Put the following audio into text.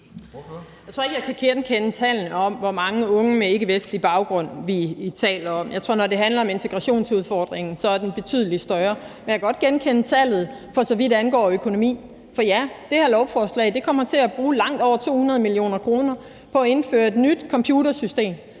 Jeg tror ikke, at jeg kan genkende tallet på, hvor mange unge med ikkevestlig baggrund vi taler om. Jeg tror, at når det handler om integrationsudfordringen, er det betydelig større. Men jeg kan godt genkende tallet, for så vidt angår økonomien. For ja, med det her lovforslag kommer man til at bruge langt over 200 mio. kr. på at indføre et nyt computersystem.